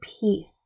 peace